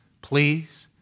please